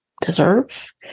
deserve